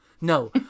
No